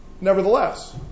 Nevertheless